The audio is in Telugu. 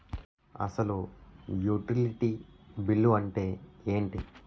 అసలు యుటిలిటీ బిల్లు అంతే ఎంటి?